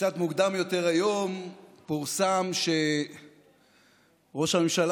קצת מוקדם יותר היום פורסם שראש הממשלה